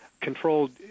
controlled